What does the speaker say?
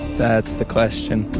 that's the question.